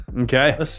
okay